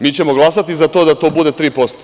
Mi ćemo glasati za to da to bude 3%